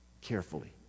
carefully